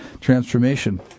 transformation